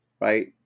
right